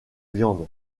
viande